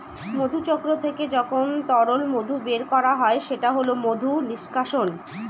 মধুচক্র থেকে যখন তরল মধু বের করা হয় সেটা হল মধু নিষ্কাশন